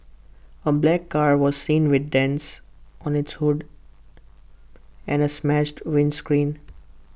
A black car was seen with dents on its hood and A smashed windscreen